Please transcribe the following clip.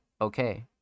Okay